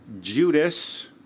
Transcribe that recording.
Judas